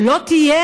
שלא תהיה,